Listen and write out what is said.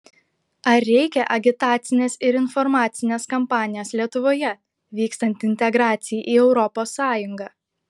ar reikia agitacinės ir informacinės kampanijos lietuvoje vykstant integracijai į europos sąjungą